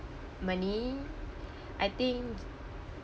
money I think